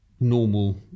normal